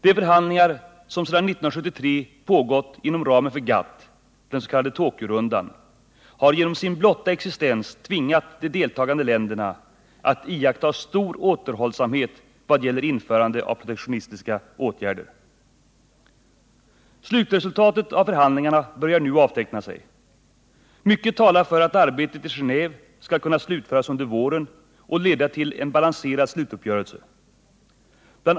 De förhandlingar som sedan 1973 pågått inom ramen för GATT, den s.k. Tokyorundan, har genom sin blotta existens tvingat de deltagande länderna att iaktta stor återhållsamhet vad gäller införande av protektionistiska åtgärder. Slutresultatet av förhandlingarna börjar nu avteckna sig. Mycket talar för att arbetet i Geneve skall kunna slutföras under våren och leda till en balanserad slutuppgörelse. Bl.